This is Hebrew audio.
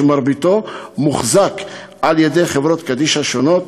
שמרביתו מוחזק על-ידי חברות קדישא שונות,